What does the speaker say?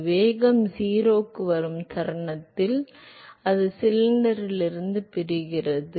எனவே வேகம் 0 க்கு வரும் தருணத்தில் 0 க்கு வரும் அது சிலிண்டரிலிருந்து பிரிகிறது